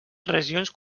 regions